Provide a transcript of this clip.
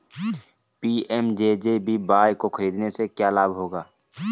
PMJJBY को खरीदने से क्या लाभ होगा?